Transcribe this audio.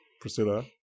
Priscilla